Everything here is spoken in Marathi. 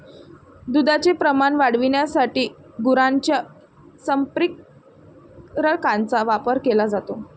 दुधाचे प्रमाण वाढविण्यासाठी गुरांच्या संप्रेरकांचा वापर केला जातो